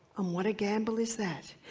um what a gamble is that.